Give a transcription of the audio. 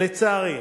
לצערי,